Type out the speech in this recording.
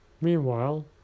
Meanwhile